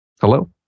hello